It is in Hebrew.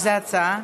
כן.